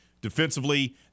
Defensively